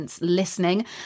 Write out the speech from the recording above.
Listening